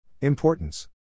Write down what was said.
Importance